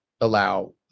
allow